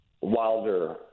Wilder